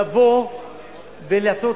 לבוא ולעשות